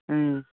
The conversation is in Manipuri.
ꯎꯝ